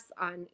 on